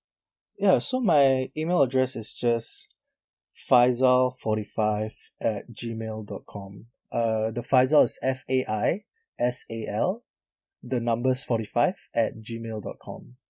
ya so my email address is just faisal forty five at gmail dot com uh the faisal is F A I S A L the number's forty five at gmail dot com